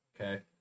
Okay